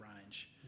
range